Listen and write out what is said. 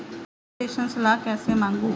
मैं प्रेषण सलाह कैसे मांगूं?